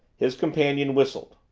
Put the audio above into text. his companion whistled.